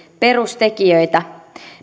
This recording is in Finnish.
perustekijöitä